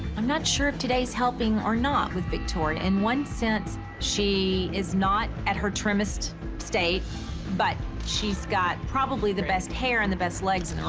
i'm not sure if today's helping or not with victoria. in one sense she is not at her trimmest state but she's got probably the best hair and the best legs